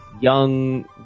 young